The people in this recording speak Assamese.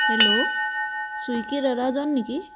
হেল্ল' চুইগি দাদাজন নেকি